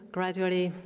gradually